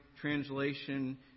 translation